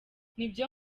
nibyo